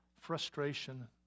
frustration